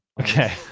okay